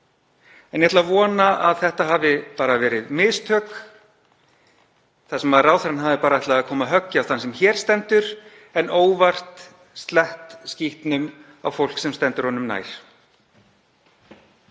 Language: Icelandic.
Ég ætla að vona að þetta hafi bara verið mistök þar sem ráðherrann hafi ætlað að koma höggi á þann sem hér stendur en óvart slett skítnum á fólk sem stendur honum nær.